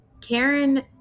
Karen